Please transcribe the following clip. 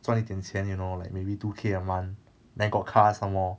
赚一点钱 you know like maybe two K a month then got car somemore